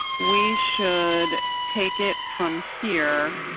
we should take it from here.